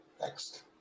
Next